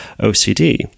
OCD